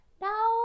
Now